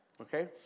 okay